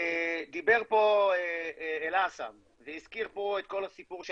דיבר פה אל אסא והזכיר את כל הסיפור של